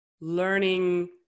learning